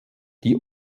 die